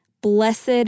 blessed